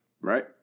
Right